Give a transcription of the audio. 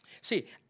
See